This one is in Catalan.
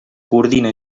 coordina